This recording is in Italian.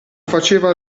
faceva